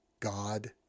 God